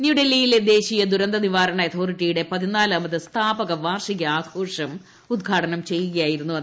ന്യൂഡൽഹിയിലെ ദേശീയ ദുരന്ത നിവാരണ അതോറിറ്റിയുടെ പതിനാലാമത് സ്ഥാപക വാർഷികാഘോഷം ഉദ്ഘാടനം ചെയ്യുകയായിരുന്നു അദ്ദേഹം